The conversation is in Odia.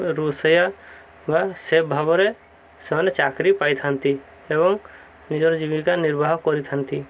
ରୋଷେୟା ବା ସେଫ୍ ଭାବରେ ସେମାନେ ଚାକିରି ପାଇଥାନ୍ତି ଏବଂ ନିଜର ଜୀବିକା ନିର୍ବାହ କରିଥାନ୍ତି